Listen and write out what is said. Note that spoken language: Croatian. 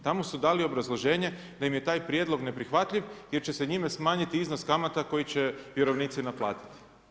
Tamo su dali obrazloženje da im je taj prijedlog neprihvatljiv jer će se njime smanjiti iznos kamata koji će vjerovnici naplatiti.